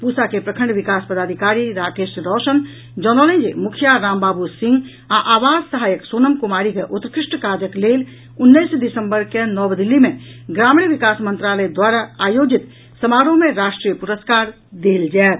पूसा के प्रखंड विकास पदाधिकारी राकेश रौशन जनौलनि जे मुखिया रामबाबू सिंह आ आवास सहायक सोनम कुमारी के उत्कृष्ट कार्यक लेल उन्नैस दिसंबर के नव दिल्ली मे ग्रामीण विकास मंत्रालय द्वारा आयोजित समारोह मे राष्ट्रीय पुरस्कार देल जायत